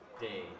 Day